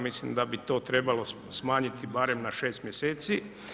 Mislim da bi to trebalo smanjiti barem na 6 mjeseci.